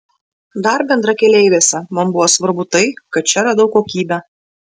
dar bendrakeleiviuose man buvo svarbu tai kad čia radau kokybę